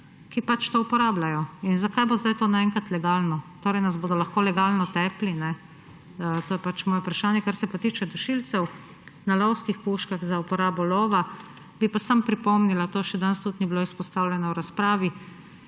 ki to uporabljajo. In zakaj bo sedaj to naenkrat legalno? Nas bodo lahko legalno tepli. To je pač moje vprašanje. Kar se pa tiče dušilcev na lovskih puškah za uporabo lova, bi pa samo pripomnila, to še danes tudi ni bilo izpostavljeno v razpravi,